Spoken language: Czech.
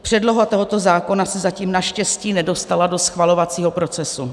Předloha tohoto zákona se zatím naštěstí nedostala do schvalovacího procesu.